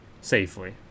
Safely